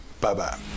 Bye-bye